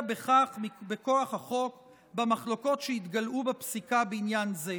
בכך בכוח החוק במחלוקות שהתגלעו בפסיקה בעניין זה: